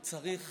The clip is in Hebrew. הוא צריך